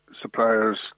suppliers